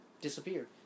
disappeared